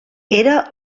era